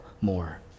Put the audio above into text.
more